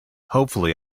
hopefully